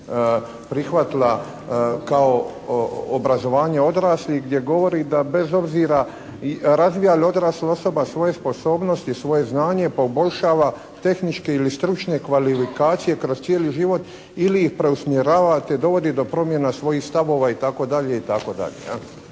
prihvatila kao obrazovanje odraslih gdje govori da bez obzira, razvija li odrasla osoba svoje sposobnosti, svoje znanje, poboljšava tehničke ili stručne kvalifikacije kroz cijeli život ili ih preusmjerava te dovodi do promjena svojih stavova itd.